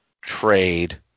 trade